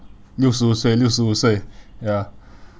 六十五岁六十五岁 ya